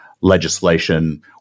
legislation